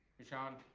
ishaan.